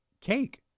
cake